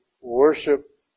worship